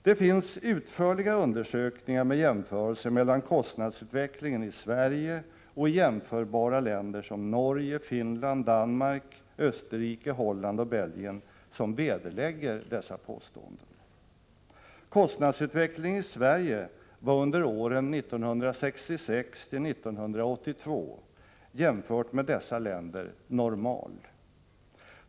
Det finns utförliga undersökningar med jämförelser mellan kostnadsutvecklingen i Sverige och i jämförbara länder som Norge, Finland, Danmark, Österrike, Holland och Belgien som vederlägger dessa påståenden. Kostnadsutvecklingen i Sverige var under åren 1966-1982 jämfört med dessa länder normal.